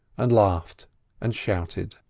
and laughed and shouted.